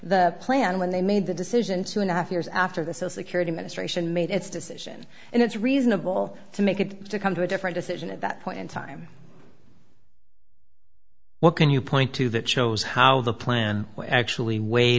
the plan when they made the decision two and a half years after the so security ministration made its decision and it's reasonable to make it to come to a different decision at that point in time what can you point to that shows how the plan actually w